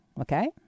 Okay